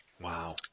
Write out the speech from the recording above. Wow